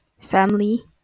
family